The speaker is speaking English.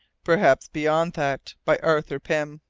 perhaps beyond that, by arthur pym.